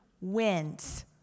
wins